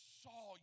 saw